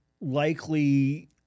likely